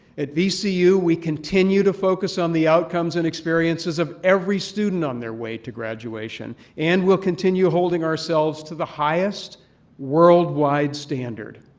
at vcu, we continue to focus on the outcomes and experiences of every student on their way to graduation and we'll continue holding ourselves to the highest worldwide standard.